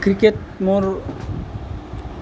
cricket মোৰ